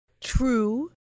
True